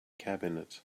cabinet